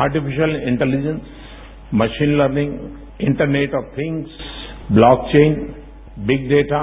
artificial intelligence machine learning internet of things blockchain big data